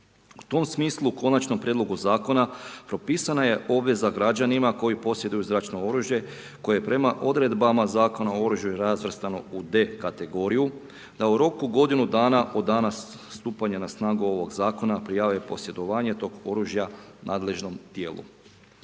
U tom smislu u Konačnom prijedlogu zakona propisana je obveza građanima koji posjeduju zračno oružje koje prema odredbama Zakona o oružju je razvrstano u D kategoriju da u roku od godinu dana od dana stupanja na snagu ovoga zakona prijave posjedovanje tog oružja nadležnom tijelu.